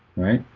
right?